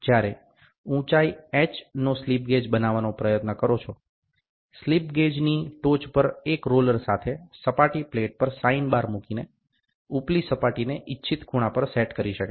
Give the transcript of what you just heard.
જ્યારે ઉંચાઇ h નો સ્લિપગેજ બનાવવા પ્રયત્ન કરો છો સ્લિપ ગેજની ટોચ પર એક રોલર સાથે સપાટી પ્લેટ પર સાઇન બાર મૂકીને ઉપલી સપાટીને ઇચ્છિત ખૂણા પર સેટ કરી શકાય છે